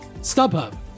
StubHub